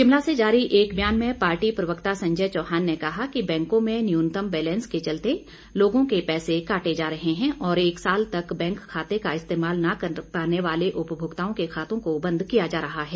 शिमला से जारी एक ब्यान में पार्टी प्रवक्ता संजय चौहान ने कहा कि बैंकों में न्यूनतम बैलेंस के चलते लोगों के पैसे काटे जा रहे हैं और एक साल तक बैंक खाते का इस्तेमाल न कर पाने वाले उपभोक्ताओं के खातों को बंद किया जा रहा है